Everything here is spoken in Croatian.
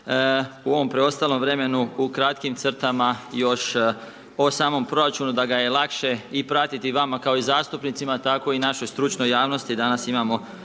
u ovom preostalom vremenu u kratkim crtama još o samom proračunu da ga je lakše i pratiti i vama kao i zastupnicima tako i našoj stručnoj javnosti,